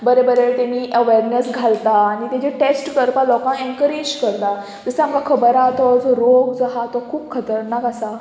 बरे बरे तेमी अवेरनस घालता आनी तेजे टॅस्ट करपाक लोकांक एनकरेज करता जसो आमकां खबर आहा तो जो रोग जो आहा तो खूब खतरनाक आसा